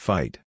Fight